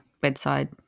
bedside